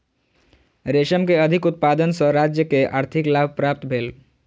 रेशम के अधिक उत्पादन सॅ राज्य के आर्थिक लाभ प्राप्त भेल